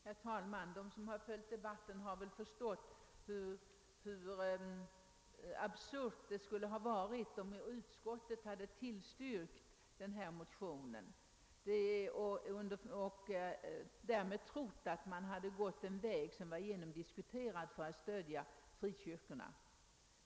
Herr talman! De som har följt debatten har väl förstått hur absurt det skulle ha varit, om utskottet hade tillstyrkt motionen och trott att det därmed hade biträtt ett genomdiskuterat förslag till stöd åt frikyrkorna.